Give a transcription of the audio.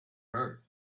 hurt